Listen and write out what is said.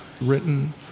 written